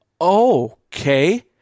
Okay